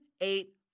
eight